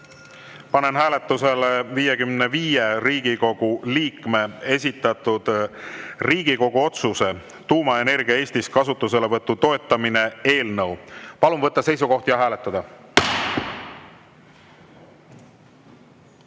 panen hääletusele 55 Riigikogu liikme esitatud Riigikogu otsuse "Tuumaenergia Eestis kasutuselevõtu toetamine" eelnõu. Palun võtta seisukoht ja hääletada!